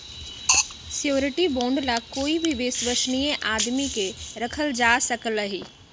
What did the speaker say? surety bond ला कोई भी विश्वस्नीय आदमी के रखल जा सकलई ह